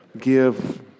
give